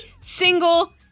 single